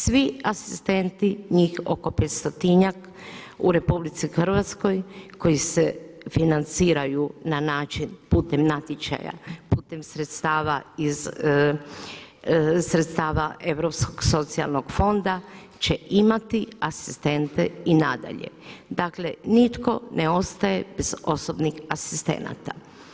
Svi asistenti njih oko 500-njak u RH koji se financiraju na način putem natječaja, putem sredstava Europskog socijalnog fonda će imati asistente i nadalje, dakle nitko ne ostaje bez osobnih asistenata.